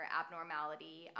abnormality